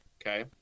okay